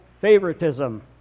favoritism